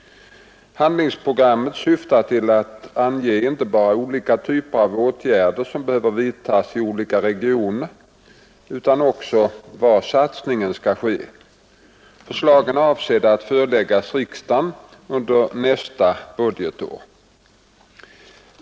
Handlingsprogrammet syftar till att ange inte bara vilka typer av åtgärder som behöver vidtas i olika regioner utan också var satsningen skall ske. Förslagen är avsedda att föreläggas riksdagen under nästa budgetår.